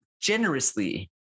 generously